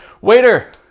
Waiter